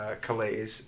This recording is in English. Calais